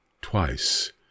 twice